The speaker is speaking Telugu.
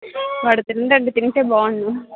వాడు తినడండి తింటే బాగుండూ